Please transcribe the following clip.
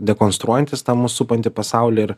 dekonstruojantys tą mus supantį pasaulį ir